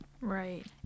Right